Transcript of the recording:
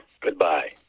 goodbye